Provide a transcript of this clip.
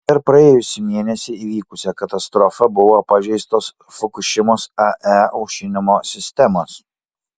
per praėjusį mėnesį įvykusią katastrofą buvo pažeistos fukušimos ae aušinimo sistemos